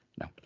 No